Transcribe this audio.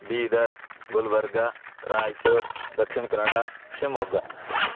Bidar Gulbarga Raichur Dakshina Kannada Shimoga